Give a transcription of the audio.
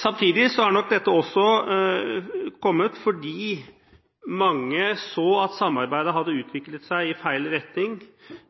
Samtidig har nok dette kommet fordi mange så at samarbeidet hadde utviklet seg i feil retning,